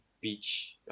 beach